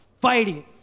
fighting